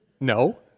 No